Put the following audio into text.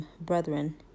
Brethren